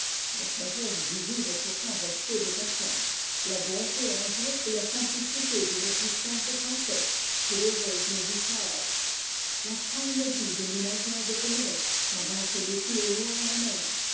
la sagesse divine et pourtant rejetée de cassandre la bonté enjouée et la simplicité d'une existence de princesse chez l'heureuse nausicaa la calme vie de ménagère de pénélope pendant qu'elle épie au loin la mer